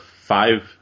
five